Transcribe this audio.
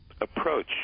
approach